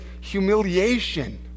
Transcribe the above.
humiliation